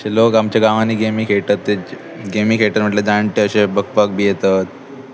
अशे लोक आमच्या गांवांनी गेमी खेळटात ते गेमी खेळटात म्हटल्यार जाणटे अशे बगपाक बी येतात